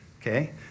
Okay